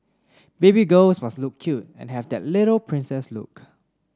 baby girls must look cute and have that little princess look